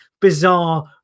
bizarre